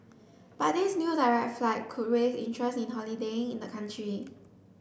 but this new direct flight could raise interest in holidaying in the country